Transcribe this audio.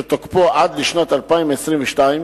שתוקפו עד לשנת 2022,